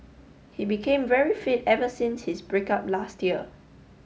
he became very fit ever since his break up last year